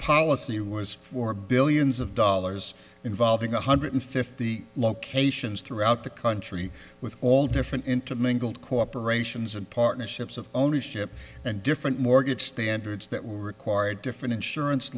policy was for billions of dollars involving one hundred fifty locations throughout the country with all different intermingled corporations and partnerships of ownership and different mortgage standards that would require different insurance